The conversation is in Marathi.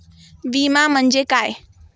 विमा म्हणजे काय?